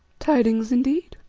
tidings indeed,